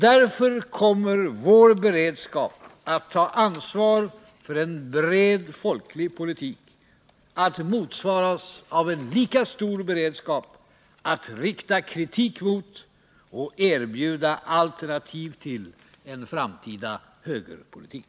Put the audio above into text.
Därför kommer vår beredskap att ta ansvar för en bred folklig politik att motsvaras av en lika stor beredskap att rikta kritik mot och erbjuda alternativ till en framtida högerpolitik.